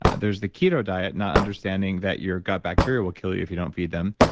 there's the keto diet, not understanding that your gut bacteria will kill you if you don't feed them.